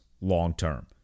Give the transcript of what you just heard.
long-term